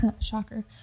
Shocker